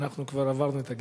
אנחנו כבר עברנו את הגיל.